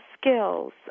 skills